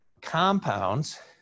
compounds